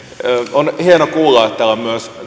on hieno kuulla että on myös